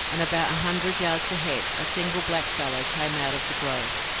and about a hundred yards ahead a single blackfellow came out of the grove,